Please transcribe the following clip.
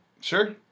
Sure